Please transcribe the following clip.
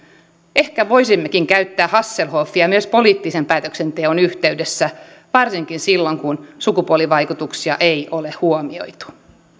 ehkä voisimmekin käyttää hasselhoffia myös poliittisen päätöksenteon yhteydessä varsinkin silloin kun sukupuolivaikutuksia ei ole huomioitu